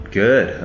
good